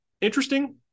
interesting